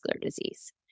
disease